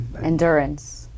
Endurance